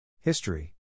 History